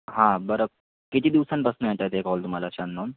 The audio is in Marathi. हां बरं किती दिवसांपासनं येत आहेत हे कॉल तुम्हाला असे अननोन